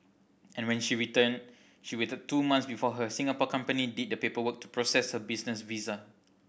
and when she returned she waited two months before her Singapore company did the paperwork to process her business visa